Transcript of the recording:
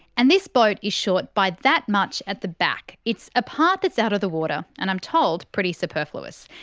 and this boat is short by that much at the back it's a part that's out of the water and, i'm told, pretty superfluous.